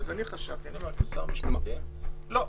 אני חשבתי כשר משפטים שלא.